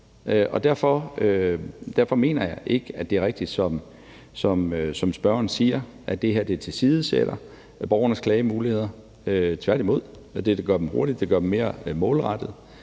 Derfor mener jeg ikke, at det er rigtigt, som spørgeren siger, at det her tilsidesætter borgernes klagemuligheder. Tværtimod